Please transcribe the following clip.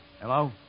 Hello